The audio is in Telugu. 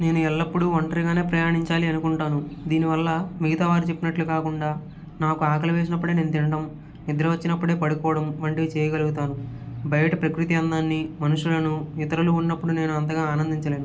నేను ఎల్లప్పుడు ఒంటరిగానే ప్రయాణించాలి అనుకుంటాను దీనివల్ల మిగతావారు చెప్పినట్లు కాకుండా నాకు ఆకలి వేసినప్పుడే నేను తినటం నిద్ర వచ్చినప్పుడే పడుకోవడం వంటివి చేయగలుగుతాను బయట ప్రకృతి అందాన్ని మనుషులను ఇతరులు ఉన్నప్పుడు నేను అంతగా ఆనందించలేను